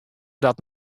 dat